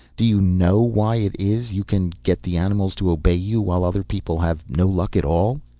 do you know why it is you can get the animals to obey you while other people have no luck at all?